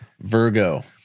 Virgo